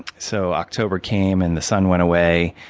so october came, and the sun went away.